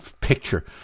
picture